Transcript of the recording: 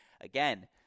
again